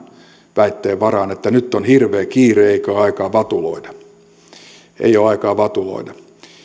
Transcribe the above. väitteen varaan että nyt on hirveä kiire eikä ole aikaa vatuloida ei ole aikaa vatuloida